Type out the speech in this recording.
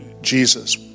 Jesus